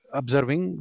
observing